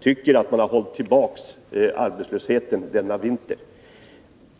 tycker att man har hållit tillbaka arbetslösheten denna vinter.